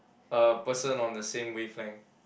a person on the same wavelength